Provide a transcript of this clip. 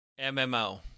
MMO